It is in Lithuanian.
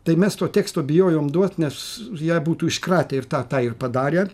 tai mes to teksto bijojom duot nes ją būtų iškratę ir tą tą ir padarė